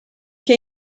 che